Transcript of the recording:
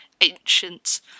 ancient